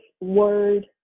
word